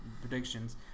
predictions